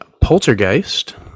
Poltergeist